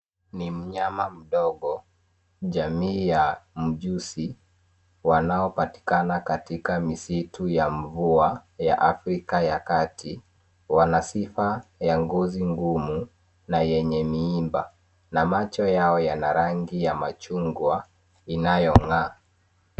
Ni mnyama mdogo, jamii ya mjusi, wanaopatikana katika misitu ya mvua ya Afrika ya kati. Wana sifa ya ngozi ngumu na yenye miiba, na macho yao yana rangi ya machungwa, inayong'aa.